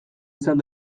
izan